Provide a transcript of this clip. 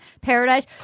Paradise